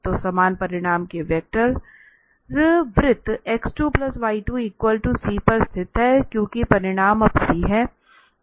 तो समान परिमाण के वेक्टर वृत्त x2y2c पर स्थित है क्योंकि परिमाण अब c है